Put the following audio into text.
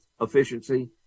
efficiency